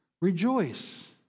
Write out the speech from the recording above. rejoice